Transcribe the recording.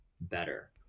better